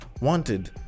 wanted